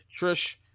Trish